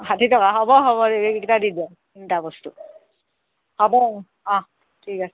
ষাঠি টকা হ'ব হ'ব এইকেইটা দি দিয়ক তিনিটা বস্তু হ'ব অঁ ঠিক আছে